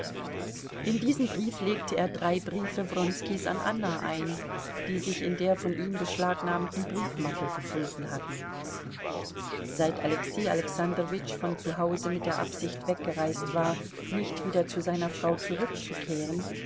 in diesen brief legte er drei briefe wronskis an anna ein die sich in der von ihm beschlagnahmten briefmappe befunden hatten seit alexei alexandrowitsch von zu hause mit der absicht weggereist war nicht wieder zu seiner frau zurückzukehren